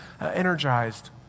energized